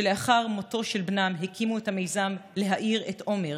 שלאחר מותו של בנם הקימו את המיזם "להעיר את עומר",